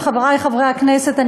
חברי חברי הכנסת,